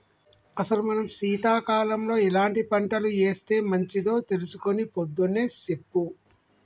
అసలు మనం సీతకాలంలో ఎలాంటి పంటలు ఏస్తే మంచిదో తెలుసుకొని పొద్దున్నే సెప్పు